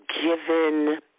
given